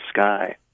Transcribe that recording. sky